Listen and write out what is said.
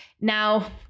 Now